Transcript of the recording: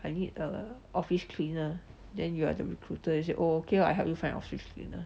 I need a office cleaner then you are the recruiter then you say oh okay I help you find office cleaner